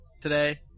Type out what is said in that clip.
today